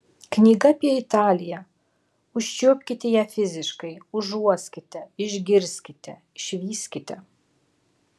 knyga apie italiją užčiuopkite ją fiziškai užuoskite išgirskite išvyskite